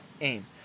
aim